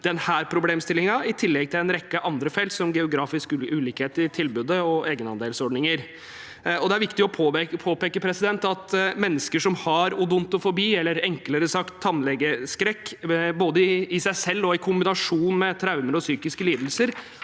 i tillegg til en rekke andre, som geografiske ulikheter i tilbudet og egenandelsordninger. Det er viktig å påpeke at mennesker som har odontofobi – eller enklere sagt: tannlegeskrekk – både i seg selv og i kombinasjon med traumer og psykiske lidelser,